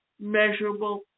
measurable